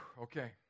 Okay